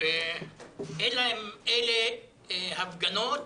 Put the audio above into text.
אלא אם אלה הפגנות